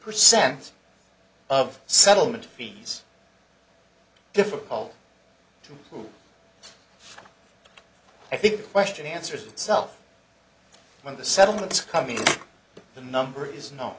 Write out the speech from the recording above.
percent of settlement fees difficult to i think question answers itself when the settlement coming in the number is kno